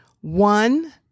One